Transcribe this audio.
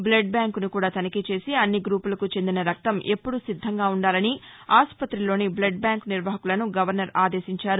blood బ్యాంకుని కూడా తనిఖీ చేసి అన్ని గ్రూపులకు చెందిన రక్తం ఎప్పుడూ సిద్గంగా ఉండాలని ఆసుపతిలోని బ్లడ్ బ్యాంకు నిర్వాహకులను గవర్నర్ ఆదేశించారు